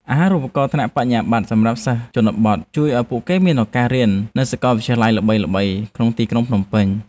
អាហារូបករណ៍ថ្នាក់បរិញ្ញាបត្រសម្រាប់សិស្សជនបទ ជួយឱ្យពួកគេមានឱកាសបានរៀននៅសាកលវិទ្យាល័យល្បីៗក្នុងទីក្រុងភ្នំពេញ។